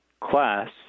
class